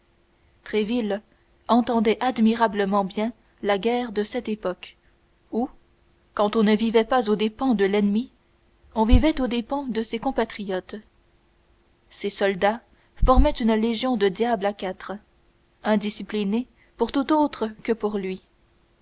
éminence tréville entendait admirablement bien la guerre de cette époque où quand on ne vivait pas aux dépens de l'ennemi on vivait aux dépens de ses compatriotes ses soldats formaient une légion de diables à quatre indisciplinée pour tout autre que pour lui